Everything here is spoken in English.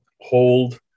hold